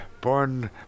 Born